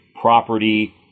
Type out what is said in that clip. property